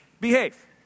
behave